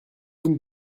vous